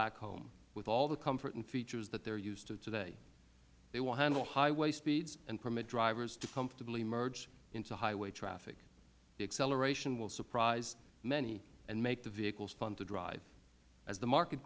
back home with all the comfort and features that they are used to today they will handle highway speeds and permit drivers to comfortably merge into highway traffic the acceleration will surprise many and make the vehicles fun to drive as the market